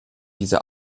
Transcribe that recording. dieser